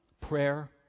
prayer